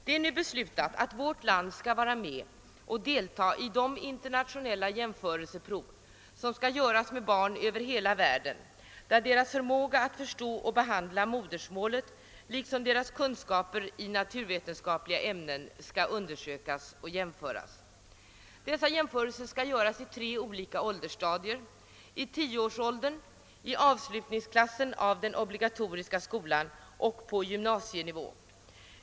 Det är nu beslutat att vårt land skall deltaga i de internationella jämförelseprov som skall göras med barn över hela världen och där barnens förmåga att förstå och behandla modersmålet liksom deras kunskaper i naturvetenskapliga ämnen skall undersökas och jämföras. Dessa jämförelser skall göras i tre olika åldersstadier: i tioårsåldern, i avslutningsklassen av den obligatoriska skolan och på gymnasienivå.